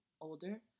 older